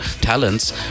talents